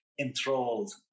enthralled